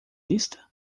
lista